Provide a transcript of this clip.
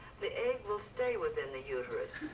the egg will stay within the uterus.